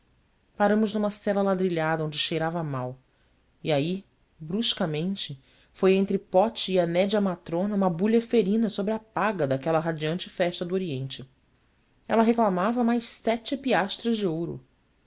paramos numa cela ladrilhada onde cheirava mal e ai bruscamente foi entre pote e a nédia matrona uma bulha ferina sobre a paga daquela radiante festa do oriente ela reclamava mais sete piastras de ouro